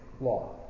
Law